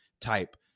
type